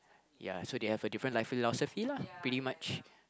ya so they have a different life philosophy lah pretty much